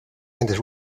and